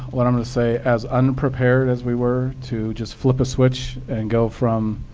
what i'm going to say, as unprepared as we were to just flip a switch and go from